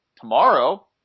Tomorrow